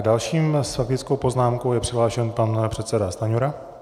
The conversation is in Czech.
Dalším s faktickou poznámkou je přihlášen pan předseda Stanjura.